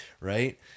Right